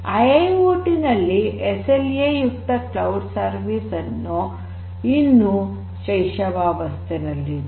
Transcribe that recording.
IIoT ನಲ್ಲಿ SLA ಯುಕ್ತ cloud service ಇನ್ನು ಶೈಶವಾವಸ್ಥೆಯಲ್ಲಿದೆ